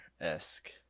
esque